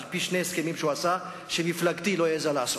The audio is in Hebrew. על-פי שני הסכמים שהוא עשה ומפלגתי לא העזה לעשות,